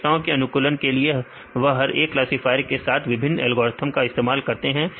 विशेषताओं के अनुकूलन के लिए वह हर एक क्लासफायर के साथ वह विभिन्न एल्गोरिथ्म का इस्तेमाल करते हैं